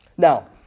Now